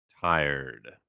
tired